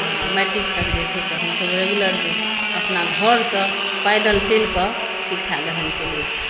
आओर मैट्रीक तक जे छै से हम सभ रेग्युलर जे छै अपना घरसँ पैदल चलिकऽ शिक्षा ग्रहण कयने छी